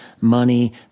money